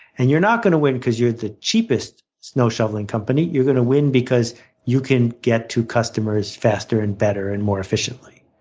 and you're not going to win because you're the cheapest snow shoveling company you're going to win because you can get to customers faster and better and more efficiently.